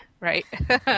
right